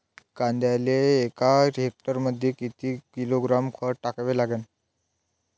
कांद्याले एका हेक्टरमंदी किती किलोग्रॅम खत टाकावं लागन?